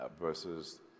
versus